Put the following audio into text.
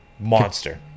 Monster